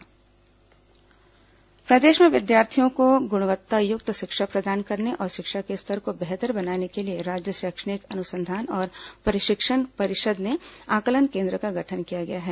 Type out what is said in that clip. SCERT आंकलन प्रदेश में विद्यार्थियों को गुणवत्तायुक्त शिक्षा प्रदान करने और शिक्षा के स्तर को बेहतर बनाने के लिए राज्य शैक्षणिक अनुसंधान और प्रशिक्षण परिषद में आंकलन केन्द्र का गठन किया गया है